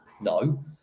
no